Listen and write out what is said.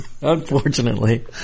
Unfortunately